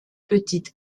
petites